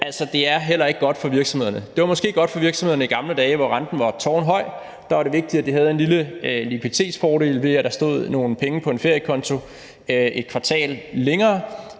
det er heller ikke godt for virksomhederne. Det var måske godt for virksomhederne i gamle dage, hvor renten var tårnhøj, der var det vigtigt, at de havde en lille likviditetsfordel, ved at der stod nogle penge på en feriekonto i et kvartal længere.